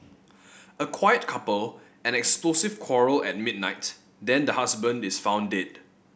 a quiet couple and explosive quarrel at midnight then the husband is found dead